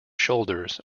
shoulders